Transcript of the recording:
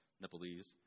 Nepalese